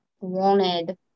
wanted